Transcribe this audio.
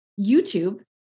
YouTube